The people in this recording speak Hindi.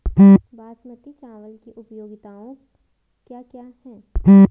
बासमती चावल की उपयोगिताओं क्या क्या हैं?